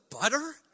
butter